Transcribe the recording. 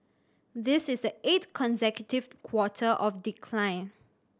this is the eighth consecutive quarter of decline